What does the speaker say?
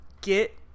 get